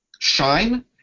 shine